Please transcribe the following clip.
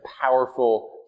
powerful